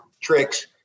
tricks